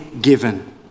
given